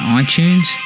iTunes